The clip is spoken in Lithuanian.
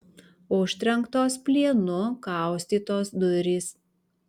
užtrenktos plienu kaustytos durys